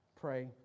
Pray